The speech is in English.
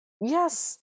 Yes